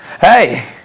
hey